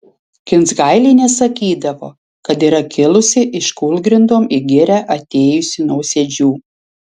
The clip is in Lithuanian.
kinsgailienė sakydavo kad yra kilusi iš kūlgrindom į girią atėjusių nausėdžių